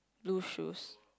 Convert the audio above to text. blue shoes